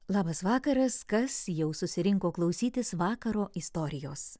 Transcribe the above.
labas vakaras kas jau susirinko klausytis vakaro istorijos